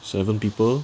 seven people